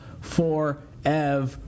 forever